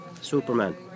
Superman